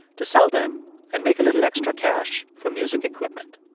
to sell them and make a little extra cash for music equipment.